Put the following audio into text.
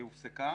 והיא הופסקה.